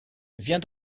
viens